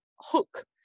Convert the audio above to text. hook